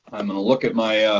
i'm going to look at my